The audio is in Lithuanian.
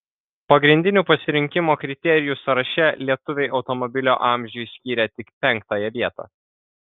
pagrindinių pasirinkimo kriterijų sąraše lietuviai automobilio amžiui skyrė tik penktąją vietą